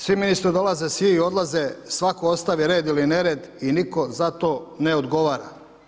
Svi ministri dolaze, svi odlaze, svatko ostavi red ili nered i nitko za to ne odgovara.